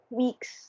weeks